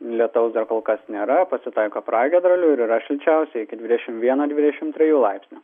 lietaus dar kol kas nėra pasitaiko pragiedrulių ir yra šilčiausia iki dvidešim vieno dvidešim trijų laipsnių